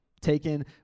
Taken